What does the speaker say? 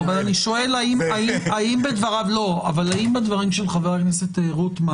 אבל יכול להיות שהטענה של ח"כ רוטמן,